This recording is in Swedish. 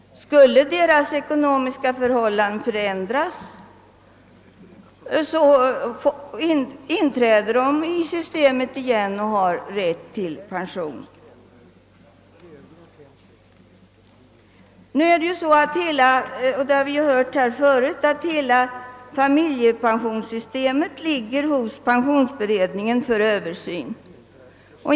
Skulle deras ekonomiska förhållanden förändras, inträder de i systemet igen och har rätt till pension. Som vi har hört här förut, är hela familjepensionssystemet föremål för översyn hos pensionsförsäkringskommittén.